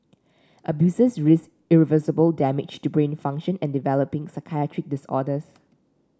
abusers risked irreversible damage to brain function and developing psychiatric disorders